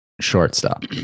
shortstop